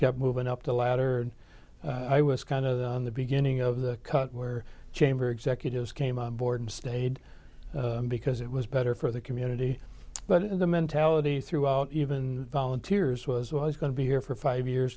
kept moving up the ladder and i was kind of the beginning of the cut where chamber executives came on board and stayed because it was better for the community but the mentality throughout even volunteers was well i was going to be here for five years